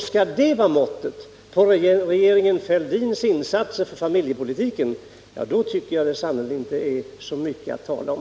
Skall det vara måttet på regeringen Fälldins insatser för familjepolitiken, så tycker jag sannerligen att det inte är mycket att tala om.